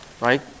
right